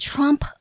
Trump